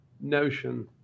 Notion